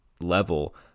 level